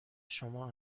شما